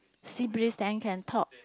sea breeze then can talk